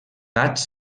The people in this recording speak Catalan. gats